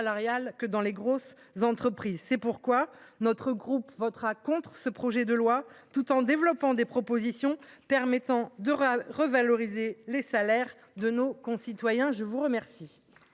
que dans les grosses entreprises. C’est pourquoi les élus de notre groupe voteront contre ce projet de loi, tout en défendant des propositions permettant de revaloriser les salaires de nos concitoyens. La parole